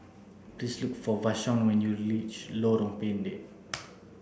please look for Vashon when you Lorong Pendek